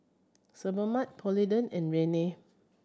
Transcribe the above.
Sebamed Polident and Rene